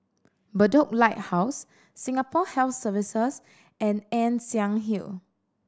Bedok Lighthouse Singapore Health Services and Ann Siang Hill